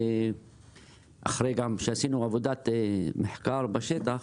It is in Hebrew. אחרי שעשינו גם עבודת מחקר בשטח,